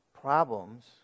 problems